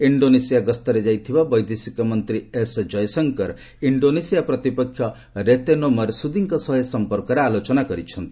Indonesia ଗସ୍ତରେ ଯାଇଥିବା ବୈଦେଶିକ ମନ୍ତ୍ରୀ ଏସ୍ ଜୟଶଙ୍କର ଇଣ୍ଡୋନେସିଆ ପ୍ରତିପକ୍ଷ ରେତେନୋ ମରସୁଦିଙ୍କ ସହ ଏ ସମ୍ପର୍କରେ ଆଲୋଚନା କରିଛନ୍ତି